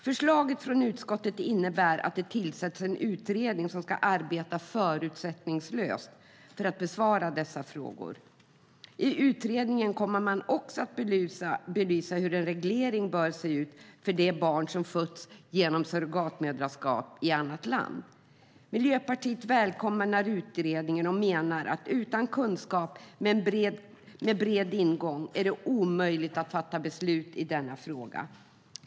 Förslaget från utskottet innebär att det tillsätts en utredning som ska arbeta förutsättningslöst för att besvara dessa frågor. I utredningen kommer man också att belysa hur en reglering bör se ut för de barn som fötts genom surrogatmoderskap i annat land. Miljöpartiet välkomnar utredningen och menar att utan en bred kunskap är det omöjligt att fatta ett beslut i denna fråga.